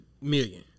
million